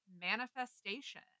manifestation